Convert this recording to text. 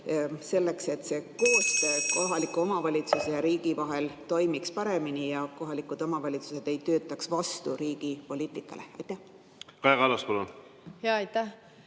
helistab kella.) kohaliku omavalitsuse ja riigi vahel toimiks paremini ning kohalikud omavalitsused ei töötaks vastu riigi poliitikale? Austatud